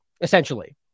essentially